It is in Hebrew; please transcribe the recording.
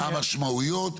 מהן המשמעויות,